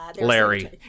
Larry